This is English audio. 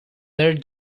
their